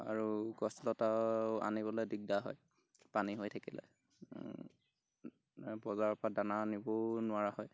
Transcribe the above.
আৰু গছ লতাও আনিবলৈ দিকদাৰ হয় পানী হৈ থাকিলে বজাৰৰপৰা দানা আনিবও নোৱাৰা হয়